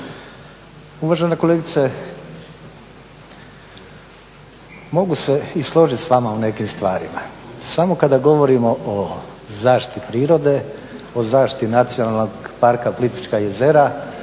Uvažena kolegice mogu se i složiti s vama u nekim stvarima, samo kada govorimo o zaštiti prirode, o zaštiti Nacionalnog parka Plitvička jezera